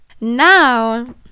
Now